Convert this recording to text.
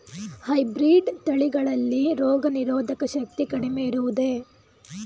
Hybrid ತಳಿಗಳಲ್ಲಿ ರೋಗನಿರೋಧಕ ಶಕ್ತಿ ಕಡಿಮೆ ಇರುವುದೇ?